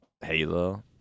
Halo